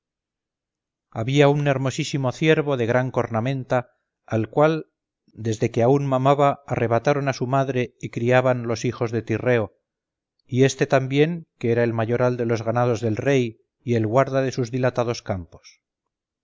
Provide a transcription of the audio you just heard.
había un hermosísimo ciervo de gran cornamenta al cual desde que aún mamaba arrebataron a su madre y criaban los hijos de tirreo y este también que era el mayoral de los ganados del rey y el guarda de sus dilatados campos